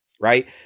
Right